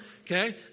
Okay